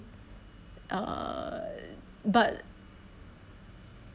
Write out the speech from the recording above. uh but